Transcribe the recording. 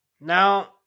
Now